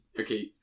okay